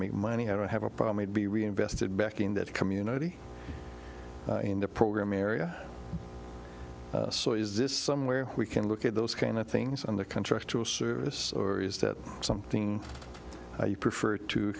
make money i don't have a problem i'd be reinvested back in that community in the program area so is this somewhere we can look at those kind of things on the contractual service or is that something you prefer to